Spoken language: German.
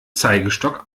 zeigestock